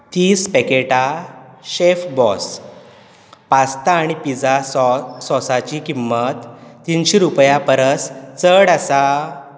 तीस पॅकेटां chef boss pasta आनी पिझ्झा सॉसाची किंमत तीनशीं रुपयां परस चड आसा